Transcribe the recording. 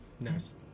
Nice